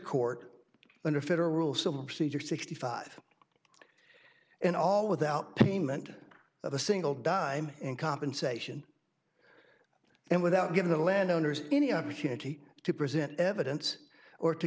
court under federal rule civil procedure sixty five in all without payment of a single dime in compensation and without giving the landowners any opportunity to present evidence or to